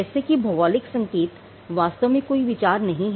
जैसे कि भौगोलिक संकेत वास्तव में कोई विचार नहीं है